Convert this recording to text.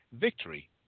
victory